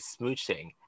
smooching